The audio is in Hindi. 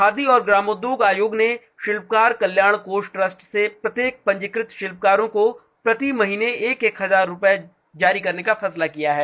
खादी और ग्रामोद्योग आयोग ने शिल्पकार कल्याण कोष ट्रस्ट से प्रत्येक पंजीकृत शिल्पकार को प्रति महीने एक एक हजार रुपये जारी करने का फैसला किया है